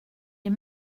est